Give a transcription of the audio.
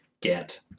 get